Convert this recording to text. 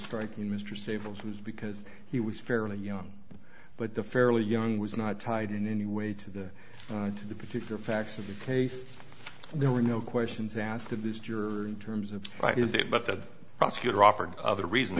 striking mr staples was because he was fairly young but the fairly young was not tied in any way to the to the particular facts of the case there were no questions asked of these jurors in terms of but the prosecutor offered other reasons